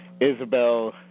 Isabel